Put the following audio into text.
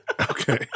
Okay